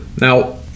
Now